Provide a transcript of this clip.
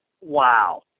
wow